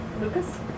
Lucas